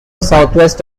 southwest